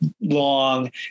long